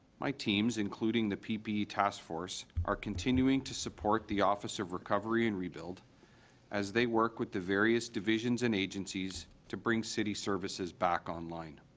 my teams including the ppe task force are continuing to support the office of recovery and rebuild as they work with the various divisions and agencies to bring city services back on line